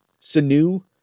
Sanu